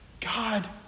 God